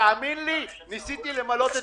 תאמין לי, ניסיתי למלא את